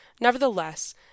Nevertheless